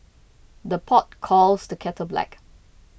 the pot calls the kettle black